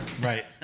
Right